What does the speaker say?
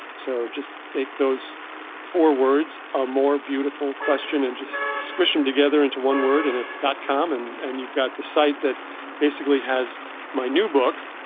so, just take those four words, a more beautiful question, and just squish them together into one word and ah dot com and and you've got the site that basically has my new book,